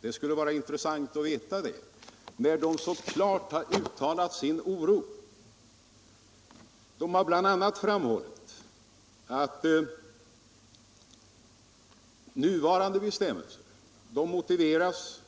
De har nämligen klart uttalat sin oro och framhållit att nuvarande bestämmelser motiveras